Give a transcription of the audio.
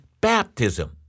baptism